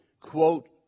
quote